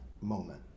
moment